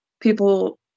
people